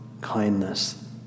kindness